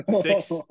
Six